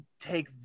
take